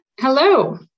Hello